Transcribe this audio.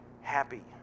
happy